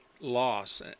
loss